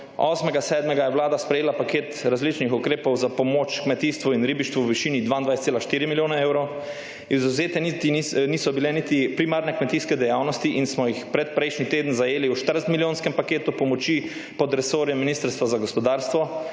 8. 7. je vlada sprejela paket različnih ukrepov za pomoč kmetijstvu in ribištvu v višini 22,4 milijone evrov, izvzete niso bile niti primarne kmetijske dejavnosti in smo jih predprejšnji teden zajeli v 40-milijonskem paketu pomoči pod resorjem Ministrstva za gospodarstvo.